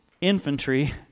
infantry